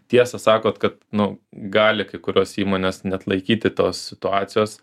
tiesą sakot kad nu gali kai kurios įmonės neatlaikyti tos situacijos